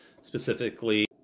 specifically